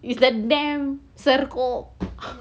it's the damn serkup